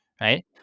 right